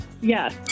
yes